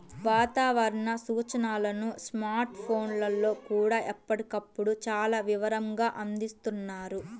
వాతావరణ సూచనలను స్మార్ట్ ఫోన్లల్లో కూడా ఎప్పటికప్పుడు చాలా వివరంగా అందిస్తున్నారు